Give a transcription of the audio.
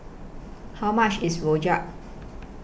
How much IS Rojak